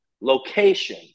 location